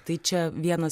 tai čia vienas